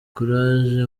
courage